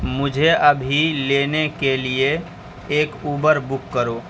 مجھے ابھی لینے کے لیے ایک اوبر بک کرو